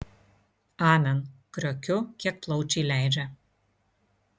amen kriokiu kiek plaučiai leidžia